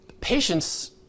Patients